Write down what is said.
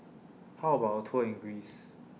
How about A Tour in Greece